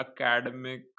academic